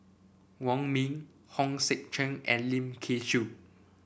Wong Ming Hong Sek Chern and Lim Kay Siu